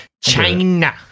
China